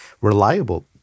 reliable